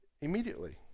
immediately